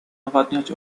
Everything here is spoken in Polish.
nawadniać